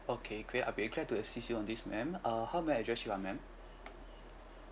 okay great I'll be uh glad to assist you on this ma'am uh how may I address you ah ma'am